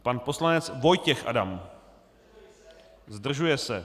Pan poslanec Vojtěch Adam: Zdržuje se.